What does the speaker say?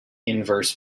inverse